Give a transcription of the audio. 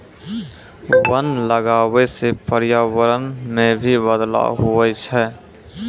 वन लगबै से पर्यावरण मे भी बदलाव हुवै छै